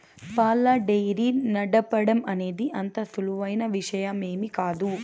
పాల డెయిరీ నడపటం అనేది అంత సులువైన విషయమేమీ కాదు